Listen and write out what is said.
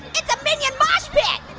it's a minion mosh pit.